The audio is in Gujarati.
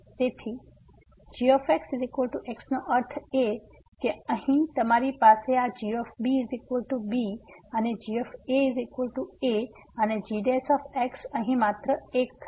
તેથી g x નો અર્થ એ કે અહીં તમારી પાસે આ g b અને g a અને g અહીં માત્ર 1 થશે